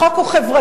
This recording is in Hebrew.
החוק הוא חברתי,